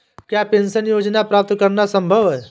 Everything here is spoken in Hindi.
क्या पेंशन योजना प्राप्त करना संभव है?